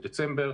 בדצמבר.